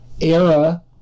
era